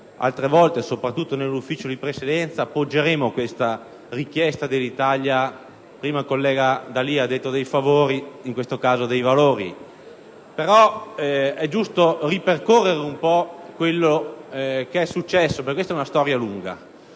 altre volte, soprattutto in sede di Consiglio di Presidenza, appoggeremo questa richiesta dell'Italia - prima il collega D'Alia ha detto "dei favori" - in questo caso dei Valori. È giusto, però, ripercorrere un po' ciò che è successo, perché questa è una storia lunga.